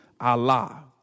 Allah